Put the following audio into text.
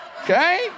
okay